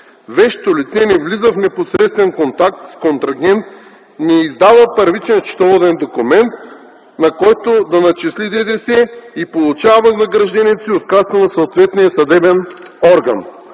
Вещото лице не влиза в непосредствен контакт с контрагент, не издава първичен счетоводен документ, на който да начисли ДДС, и получава възнаграждението си от касата на съответния съдебен орган.